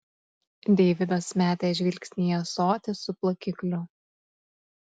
deividas metė žvilgsnį į ąsotį su plakikliu